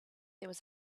there